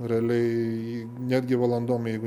realiai netgi valandom jeigu